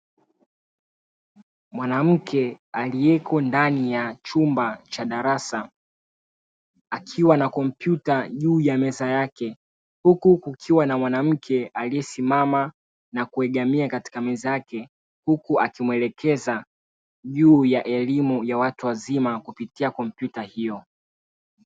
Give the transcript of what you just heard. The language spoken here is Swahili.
Mwanamke aliyeko ndani ya chumba cha darasa, akiwa na kompyuta juu ya meza yake huku kukiwa na mwanamke aliyesimama na kuegamia katika meza yake, huku akimuelekeza juu ya elimu ya watu wazima kupitia kompyuta hiyo.